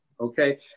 okay